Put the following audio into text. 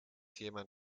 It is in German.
thälmann